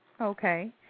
okay